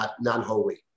non-holy